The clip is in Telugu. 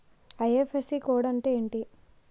ఐ.ఫ్.ఎస్.సి కోడ్ అంటే ఏంటి?